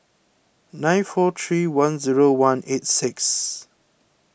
nine four three one zero one eight six